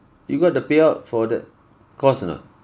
you got the payout for that course or not